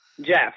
Jeff